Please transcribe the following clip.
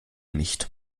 nicht